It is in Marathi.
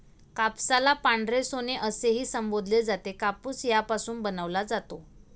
कापसाला पांढरे सोने असेही संबोधले जाते, कापूस यापासून बनवला जातो